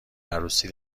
عروسی